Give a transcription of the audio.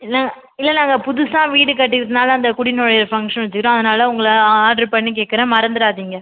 இல்லை இல்லை நாங்ள் புதுசா வீடு கட்டியிருக்கனால அந்த குடி நுழையுற ஃபங்க்ஷன் வச்சுக்கிட்டோம் அதனாலே உங்களை ஆர்டர் பண்ணி கேட்குறேன் மறந்துடாதீங்க